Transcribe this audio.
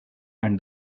and